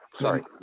sorry